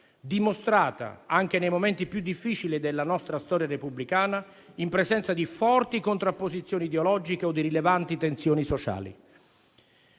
dimostrata, anche nei momenti più difficili della nostra storia repubblicana, in presenza di forti contrapposizioni ideologiche o rilevanti tensioni sociali.